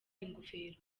ingofero